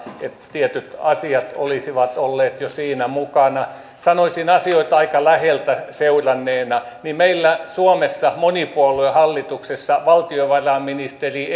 tietyt asiat olisivat olleet jo siinä mukana sanoisin asioita aika läheltä seuranneena että meillä suomessa monipuoluehallituksessa valtiovarainministeri